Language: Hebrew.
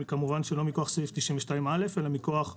כמובן שלא מכוח סעיף 92(א) אלא מכוח החקיקה.